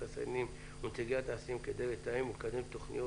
התעשיינים ונציגי התעשיינים כדי לתאם ולקדם תוכניות